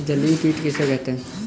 जलीय कीट किसे कहते हैं?